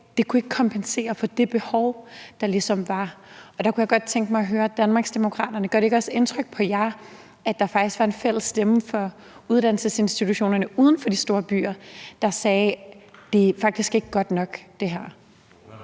gav, kunne ikke kompensere for det behov, der ligesom var. Og der kunne jeg godt tænke mig at høre Danmarksdemokraterne, om ikke også det gør indtryk på jer, at der faktisk var en fælles stemme for uddannelsesinstitutionerne uden for de store byer, der sagde, at det her faktisk ikke er godt nok. Kl.